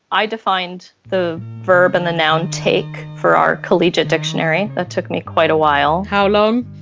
i defined the verb and the noun take for our collegiate dictionary that took me quite a while how long?